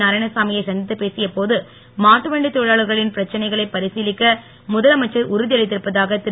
நாராயணசாமி யை சந்தித்துப் பேசிய போது மாட்டு வண்டித் தொழிலாளர்களின் பிரச்சனைகளை பரிசீலிக்க முதலமைச்சர் உறுதியளித்திருப்பதாக திரு